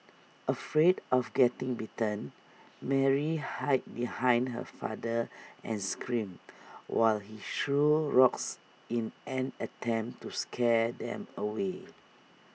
afraid of getting bitten Mary hid behind her father and screamed while he threw rocks in an attempt to scare them away